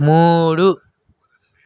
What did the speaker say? మూడు